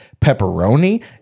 pepperoni